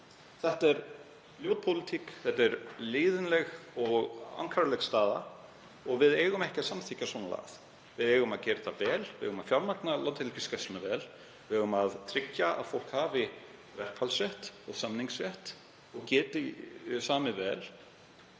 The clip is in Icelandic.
er ljót pólitík. Þetta er leiðinleg og ankannaleg staða og við eigum ekki að samþykkja svona lagað. Við eigum að gera þetta vel. Við eigum að fjármagna Landhelgisgæsluna vel. Við eigum að tryggja að fólk hafi verkfallsrétt og samningsrétt og geti samið vel